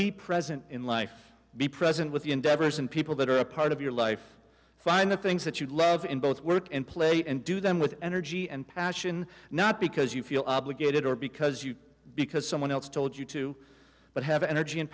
be present in life be present with the endeavors and people that are a part of your life find the things that you love in both work and play and do them with energy and passion not because you feel obligated or because you because someone else told you to but have energy and